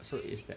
so it's like